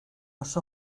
los